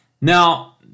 Now